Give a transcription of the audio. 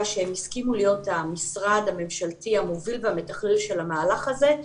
שהם הסכימו להיות המשרד הממשלתי המוביל והמתכלל של המהלך הזה,